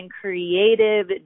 creative